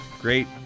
great